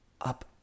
up